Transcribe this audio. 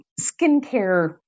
skincare